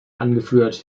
angeführt